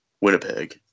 Winnipeg